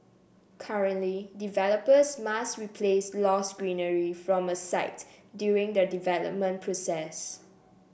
currently developers must replace lost greenery from a site during the development process